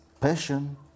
passion